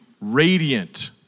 radiant